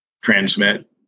transmit